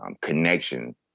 connection